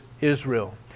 Israel